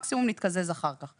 מקסימום נתקזז אחר כך.